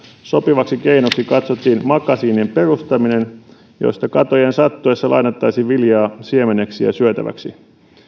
sopivaksi keinoksi katsottiin makasiinien perustaminen joista katojen sattuessa lainattaisiin viljaa siemeneksi ja syötäväksi